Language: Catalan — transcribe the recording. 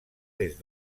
des